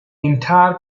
entire